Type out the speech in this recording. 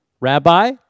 Rabbi